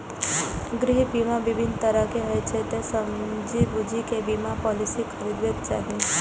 गृह बीमा विभिन्न तरहक होइ छै, तें समझि बूझि कें बीमा पॉलिसी खरीदबाक चाही